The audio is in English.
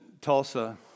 Tulsa